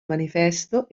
manifesto